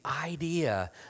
idea